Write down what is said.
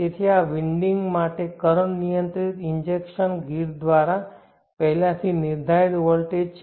તેથી આ વિન્ડિંગ માટે કરંટ નિયંત્રિત ઇંજેક્શન ગ્રીડ દ્વારા પહેલાથી નિર્ધારિત વોલ્ટેજ છે